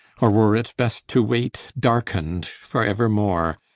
or were it best to wait darkened for evermore,